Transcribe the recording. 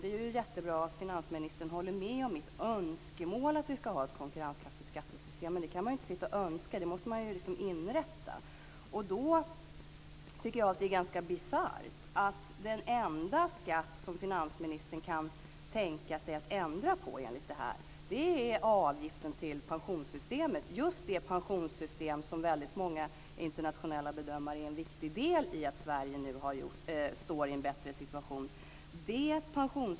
Det är ju jättebra att finansministern håller med om mitt önskemål att vi ska ha ett konkurrenskraftigt skattesystem. Men detta kan man inte bara sitta och önska - man måste inrätta det! Jag tycker att det är ganska bisarrt att den enda skatt som finansministern enligt detta kan tänka sig att ändra på är avgiften till pensionssystemet - just det pensionssystem som enligt många internationella bedömare är en viktig del i att Sverige nu befinner sig i en bättre situation.